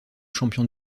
champion